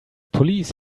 police